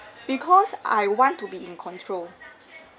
because I want to be in control